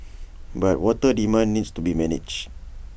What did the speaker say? but water demand needs to be managed